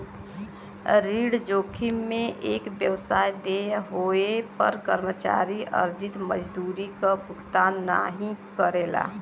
ऋण जोखिम में एक व्यवसाय देय होये पर कर्मचारी अर्जित मजदूरी क भुगतान नाहीं करला